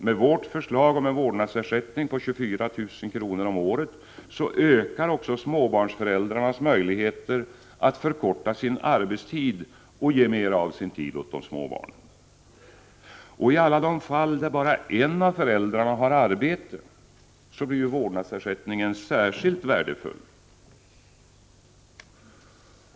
Med vårt förslag om en vårdnadsersättning på 24 000 kr. om året ökar också småbarnsföräldrarnas möjligheter att förkorta sin arbetstid och ge mera av sin tid åt de små barnen. I alla de fall där bara en av föräldrarna har arbete blir vårdnadsersättningen särskilt värdefull.